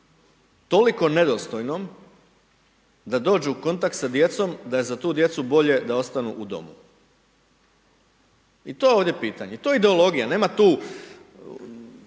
toliko nedostojnom da dođu u kontakt s djecom da je za tu djecu bolje da ostanu u domu. I to je ovdje pitanje, to je ideologija, nema tu